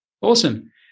Awesome